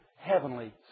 heavenly